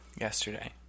Yesterday